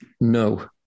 No